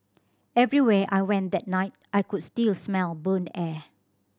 everywhere I went that night I could still smell burnt air